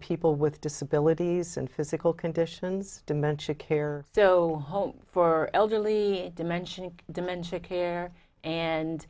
people with disabilities and physical conditions dementia care so home for elderly dimensioning dementia care and